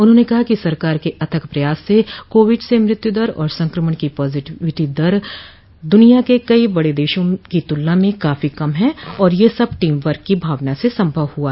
उन्होंने कहा कि सरकार के अथक प्रयास से कोविड से मृत्यु दर और संक्रमण की पाजिटिविटी दर दुनिया के कई बड़े देशों की तुलना में काफी कम है और यह सब टीम वर्क की भावना से संभव हुआ